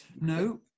No